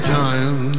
time